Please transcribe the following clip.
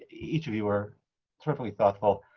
each of you were terrifically thoughtful.